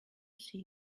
see